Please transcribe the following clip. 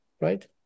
right